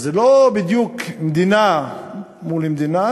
אז זה לא בדיוק מדינה מול מדינה,